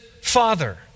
Father